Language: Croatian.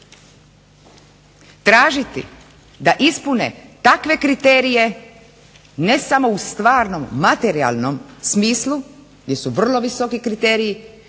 tražiti da ispune takve kriterije ne samo u stvarnom, materijalnom smislu gdje su vrlo visoki kriteriji